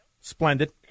Splendid